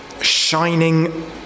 shining